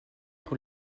pour